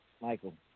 Michael